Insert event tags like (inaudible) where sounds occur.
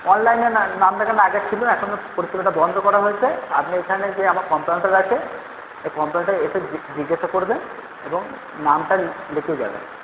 অনলাইনে নাম নাম লেখানো আগে ছিল এখন পরিষেবাটা বন্ধ করা হয়েছে আপনি এখানে যে আমার কম্পাউন্ডার আছে সেই কম্পাউন্ডারকে এসে (unintelligible) জিজ্ঞাসা করবেন এবং নামটা লিখিয়ে যাবেন